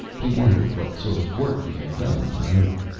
he wondered what sort of work he had done on earth.